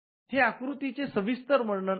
हे आकृतीचे सविस्तर वर्णन आहे